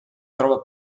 trova